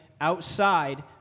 outside